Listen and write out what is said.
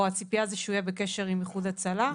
הציפייה זה שהוא יהיה בקשר עם איחוד הצלה?